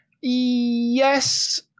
Yes